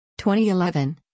2011